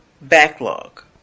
backlog